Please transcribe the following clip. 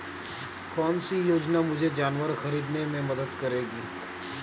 कौन सी योजना मुझे जानवर ख़रीदने में मदद करेगी?